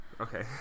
Okay